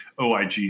OIG